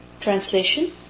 Translation